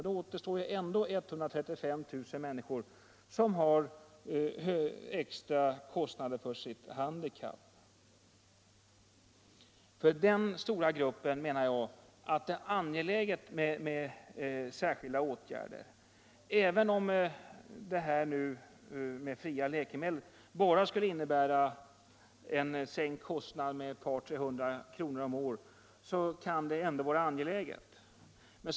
Då återstår ändå 135 000 människor, som har extra kostnader för sitt handikapp. Och jag menar att det är angeläget att vidta särskilda åtgärder för den stora gruppen. Även om förmånen med fria läkemedel skulle innebära en sänkt kostnad med ett par tre hundra kronor om året är det ändå angeläget att de får ersättning.